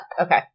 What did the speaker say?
Okay